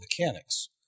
mechanics